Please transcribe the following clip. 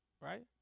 right